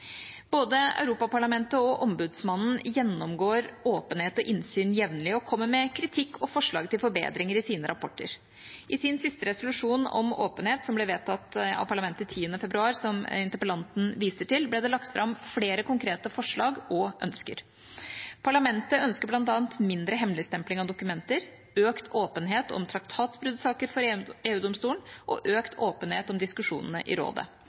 Både Europaparlamentet og ombudsmannen gjennomgår åpenhet og innsyn jevnlig og kommer med kritikk og forslag til forbedringer i sine rapporter. I sin siste resolusjon om åpenhet, som ble vedtatt av Parlamentet 10. februar, og som interpellanten viser til, ble det lagt fram flere konkrete forslag og ønsker. Parlamentet ønsker bl.a. mindre hemmeligstempling av dokumenter, økt åpenhet om traktatbruddsaker for EU-domstolen og økt åpenhet om diskusjonene i Rådet.